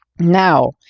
Now